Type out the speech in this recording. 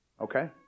Okay